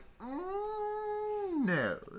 no